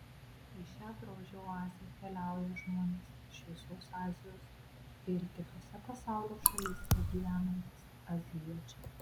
į šią grožio oazę keliauja žmonės iš visos azijos ir kitose pasaulio šalyse gyvenantys azijiečiai